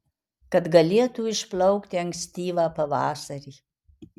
kad galėtų išplaukti ankstyvą pavasarį